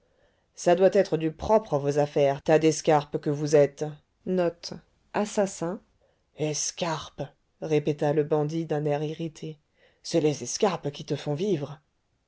ça doit être du propre vos affaires tas d'escarpes que vous êtes escarpes répéta le bandit d'un air irrité c'est les escarpes qui te font vivre